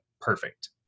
perfect